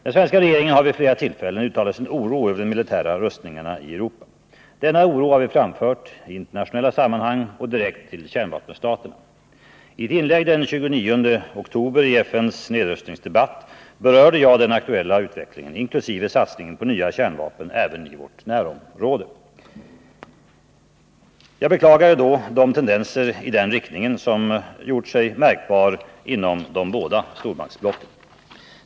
Den svenska regeringen har vid flera tillfällen uttalat sin oro över de militära rustningarna i Europa. Denna oro har vi framfört i internationella sammanhang och direkt till kärnvapenstaterna. I ett inlägg den 29 oktober i FN:s debatt om nedrustning berörde jag den aktuella utvecklingen, inkl. satsningen på nya kärnvapen, även i vårt närområde. Jag beklagade då de tendenser i den riktningen som gjort sig märkbara inom de båda stormakts = Nr 47 blocken.